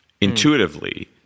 intuitively